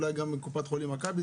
אולי גם לקופת חולים מכבי,